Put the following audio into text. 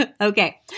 Okay